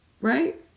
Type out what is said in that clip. right